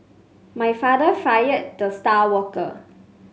my father fired the star worker